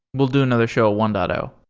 we'll do another show one but